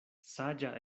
saĝa